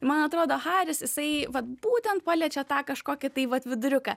man atrodo haris jisai vat būtent paliečia tą kažkokį tai vat viduriuką